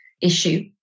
issue